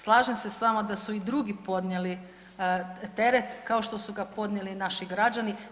Slažem se s vama da su i drugi podnijeli teret kao što su ga podnijeli naši građani.